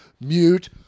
mute